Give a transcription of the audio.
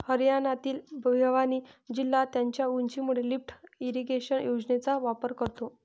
हरियाणातील भिवानी जिल्हा त्याच्या उंचीमुळे लिफ्ट इरिगेशन योजनेचा वापर करतो